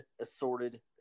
assorted